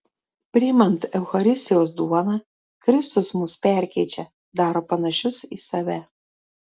priimant eucharistijos duoną kristus mus perkeičia daro panašius į save